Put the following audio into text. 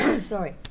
Sorry